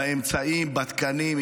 באמצעים, בתקנים.